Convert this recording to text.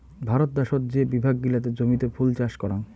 ভারত দ্যাশোত যে বিভাগ গিলাতে জমিতে ফুল চাষ করাং